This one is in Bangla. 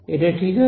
এটা ঠিক আছে